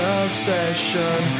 obsession